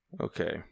Okay